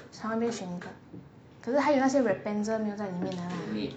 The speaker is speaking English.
冲那边选一个可是还有那些 rapunzel 没有在里面的 lah